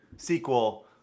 sequel